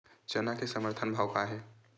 चना के समर्थन भाव का हे?